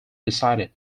decided